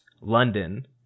London